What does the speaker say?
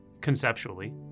conceptually